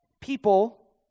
people